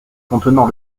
contenant